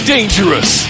Dangerous